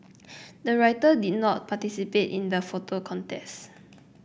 the writer did not participate in the photo contest